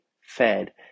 fed